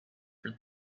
for